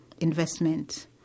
investment